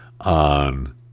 on